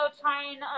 trying